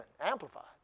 amplified